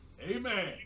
Amen